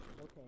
Okay